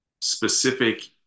specific